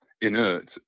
inert